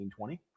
1920